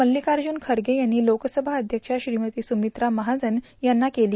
मल्लिकार्जुन खरगे यांनी लोकसभा अध्यक्षा श्रीमती स्रुमित्रा महाजन यांना केली